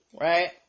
Right